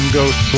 Ghost